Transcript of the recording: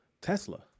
Tesla